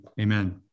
amen